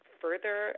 further